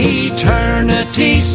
eternity